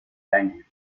language